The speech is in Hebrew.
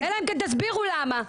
אלא אם כן תסבירו למה.